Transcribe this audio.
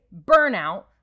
burnout